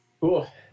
Cool